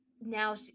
now